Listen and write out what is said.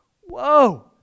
Whoa